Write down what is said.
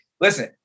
listen